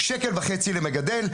שקל וחצי למגדל.